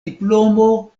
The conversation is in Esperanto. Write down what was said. diplomo